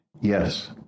Yes